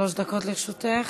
שלוש דקות לרשותך.